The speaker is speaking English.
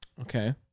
Okay